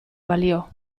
balio